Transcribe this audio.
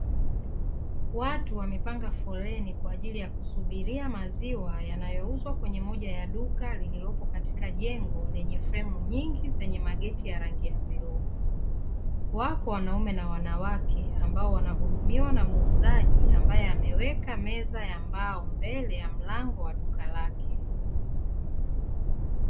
Watu wamepanga foleninkwa ajili ya kusubiria maziwa yanayouzwa kwenye moja ya duka lililopo kwenye jengo lenye fremu nyingi zenye mageti ya rangi ya bluu, wapo wanaume na wanawake ambao wanahudumiwa na muuzaji ambaye ameweka meza ya mbao mbele ya mlango wa duka lake.